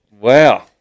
Wow